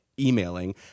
Emailing